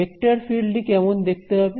vector field টি কেমন দেখতে হবে